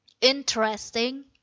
interesting